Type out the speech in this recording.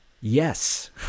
Yes